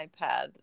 iPad